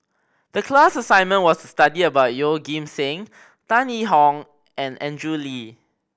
the class assignment was study about Yeoh Ghim Seng Tan Yee Hong and Andrew Lee